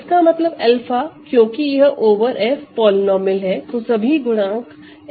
इसका मतलब 𝛂 क्योंकि यदि यह ओवर F पॉलीनोमिअल है तो सभी गुणांक F में है